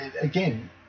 again